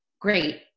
great